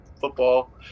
football